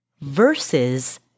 versus